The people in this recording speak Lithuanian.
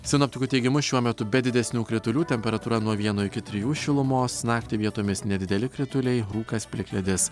sinoptikų teigimu šiuo metu be didesnių kritulių temperatūra nuo vieno iki trijų šilumos naktį vietomis nedideli krituliai rūkas plikledis